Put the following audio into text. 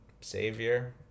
Savior